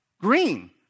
green